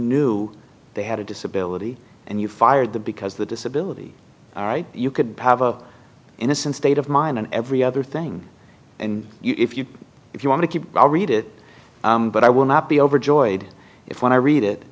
knew they had a disability and you fired the because the disability all right you could have a innocent state of mind on every other thing and if you if you want to keep i'll read it but i will not be overjoyed if when i read it